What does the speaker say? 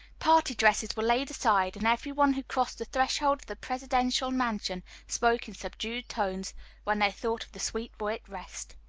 party dresses were laid aside, and every one who crossed the threshold of the presidential mansion spoke in subdued tones when they thought of the sweet boy at rest